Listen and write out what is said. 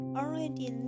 already